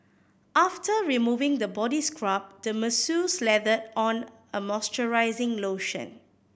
after removing the body scrub the masseur slathered on a moisturizing lotion